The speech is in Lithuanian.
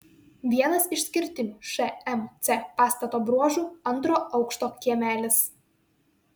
vienas išskirtinių šmc pastato bruožų antro aukšto kiemelis